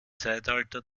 zeitalter